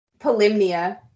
Polymnia